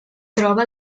troba